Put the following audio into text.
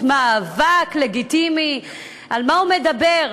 "מאבק לגיטימי" על מה הוא מדבר?